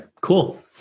cool